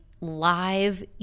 live